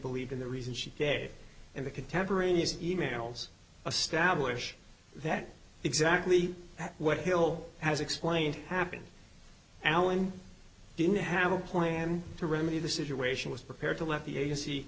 believe in the reason she did in the contemporaneous e mails stablish that exactly what hill has explained happened allan didn't have a plan to remedy the situation was prepared to let the agency